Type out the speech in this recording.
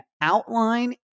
outline